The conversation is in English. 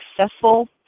successful